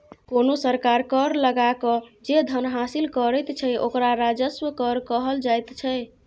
कोनो सरकार कर लगाकए जे धन हासिल करैत छै ओकरा राजस्व कर कहल जाइत छै